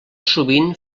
sovint